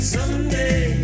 Someday